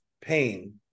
pain